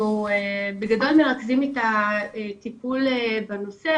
אנחנו בגדול מרכזים את הטיפול בנושא,